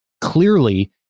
clearly